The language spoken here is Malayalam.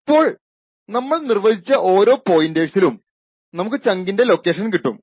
ഇപ്പോൾ നമ്മൾ നിർവചിച്ച ഓരോ പോയിന്റേഴ്സിനും നമുക്ക് ചങ്കിന്റെ ലൊക്കേഷൻ കിട്ടും